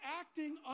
acting